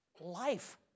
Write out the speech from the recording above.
life